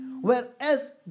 Whereas